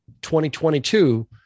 2022